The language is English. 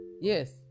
yes